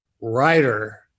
writer